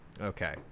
Okay